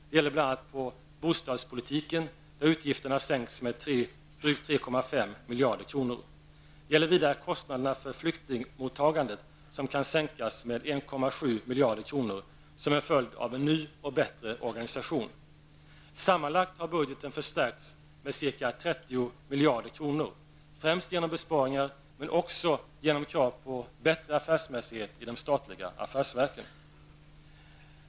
Det gäller bl.a. 3,5 miljarder kronor. Det gäller vidare kostnaderna för flyktingmottagandet som kan sänkas med 1,7 miljarder kronor som en följd av en ny och bättre organisation. Sammanlagt har budgeten förstärkts med ca 30 miljarder kronor, främst genom besparingar men också genom krav på bättre affärsmässighet i de statliga affärsverken.